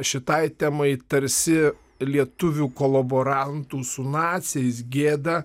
šitai temai tarsi lietuvių kolaborantų su naciais gėda